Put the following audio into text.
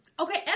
Okay